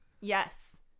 Yes